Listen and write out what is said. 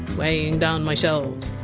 weighing down my shelves.